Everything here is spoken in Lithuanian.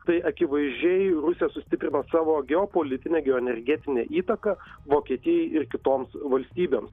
tai akivaizdžiai rusija sustiprino savo geopolitinę geoenergetinę įtaką vokietijai ir kitoms valstybėms